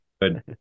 Good